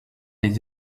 des